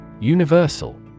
Universal